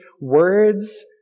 words